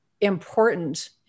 important